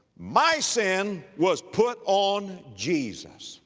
my sin was put on jesus.